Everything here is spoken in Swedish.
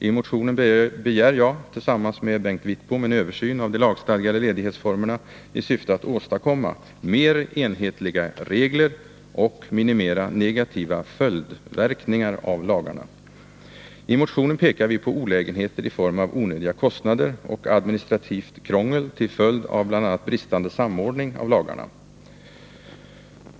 I motionen begär jag tillsammans med Bengt Wittbom en översyn av de lagstadgade ledighetsformerna i syfte att åstadkomma mer enhetliga regler och minimera negativa följdverkningar av lagarna. I motionen pekar vi på olägenheter i form av onödiga kostnader och administrativt krångel till följd av bl.a. bristande samordning av lagarna.